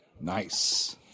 Nice